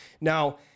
Now